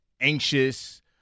anxious